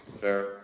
Fair